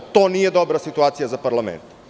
To nije dobra situacija za parlament.